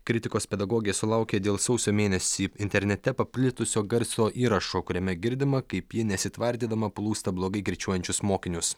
kritikos pedagogė sulaukė dėl sausio mėnesį internete paplitusio garso įrašo kuriame girdima kaip ji nesitvardydama plūsta blogai kirčiuojančius mokinius